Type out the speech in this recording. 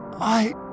I